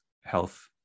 health